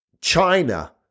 China